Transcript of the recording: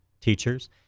teachers